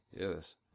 Yes